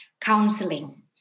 counseling